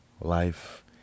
life